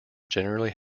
generally